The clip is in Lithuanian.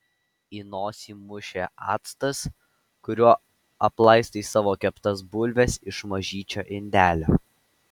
į nosį mušė actas kuriuo aplaistai savo keptas bulves iš mažyčio indelio